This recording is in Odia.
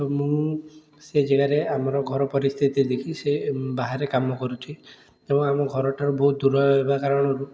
ମୁଁ ସେ ଯାଗାରେ ଆମର ଘର ପରିସ୍ଥିତି ଦେଖି ସେ ବାହାରେ କାମ କରୁଛି ଏବଂ ଆମ ଘରଠାରୁ ବହୁତ ଦୂରରେ ରହିବା କାରଣରୁ